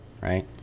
right